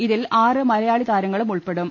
ഇതിൽ ആറ് മലയാളി താരങ്ങളും ഉൾപ്പെടും